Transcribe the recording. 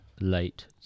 late